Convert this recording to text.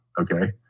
okay